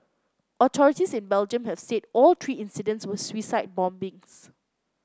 authorities in Belgium have said all three incidents were suicide bombings